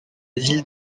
ville